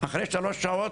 אחרי שלוש שעות,